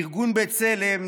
ארגון בצלם,